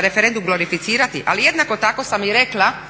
referendum glorificirati, ali jednako tako sam i rekla